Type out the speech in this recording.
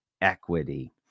equity